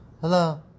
Hello